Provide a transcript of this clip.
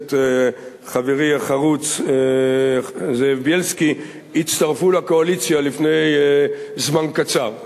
הכנסת חברי החרוץ זאב בילסקי הצטרפו לקואליציה לפני זמן קצר.